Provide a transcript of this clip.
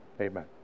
Amen